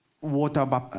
water